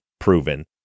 proven